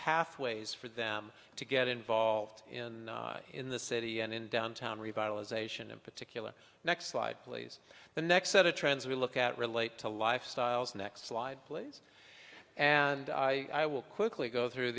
pathways for them to get involved in in the city and in downtown revitalization in particular next slide please the next set of trends we look at relate to lifestyles next slide please and i will quickly go through